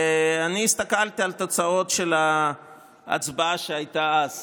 הסתכלתי על התוצאות של ההצבעה שהייתה אז,